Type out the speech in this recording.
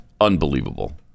unbelievable